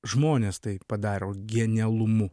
žmonės tai padaro genialumu